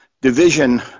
division